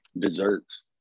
Desserts